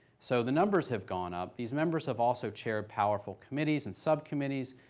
so the numbers have gone up, these members have also chaired powerful committees and subcommittees,